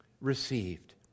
received